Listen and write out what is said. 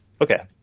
Okay